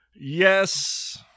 Yes